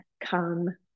come